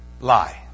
lie